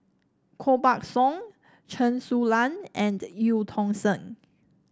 Koh Buck Song Chen Su Lan and Eu Tong Sen